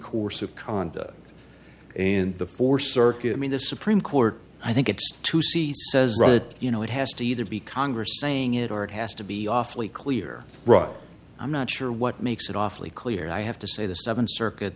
course of conduct and the four circuit i mean the supreme court i think it's to see says that you know it has to either be congress saying it or it has to be awfully clear i'm not sure what makes it awfully clear i have to say the seven circuit